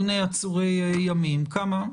לדיוני עצורי ימים וכו'.